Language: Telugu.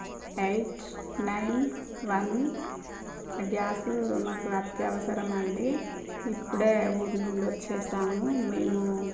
ఎయిట్ నైన్ వన్ ఆ గ్యాసు మాకు అత్యవసరమండి ఇప్పుడే ఊరు నుండి వచ్చేసాము మేము